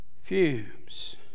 fumes